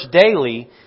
daily